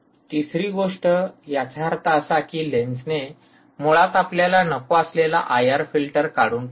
तिसरी गोष्ट याचा अर्थ असा की लेन्सने मुळात आपल्याला नको असलेला आयआर फिल्टर काढून टाकतो